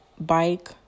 bike